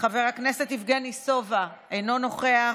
חבר הכנסת יבגני סובה, אינו נוכח,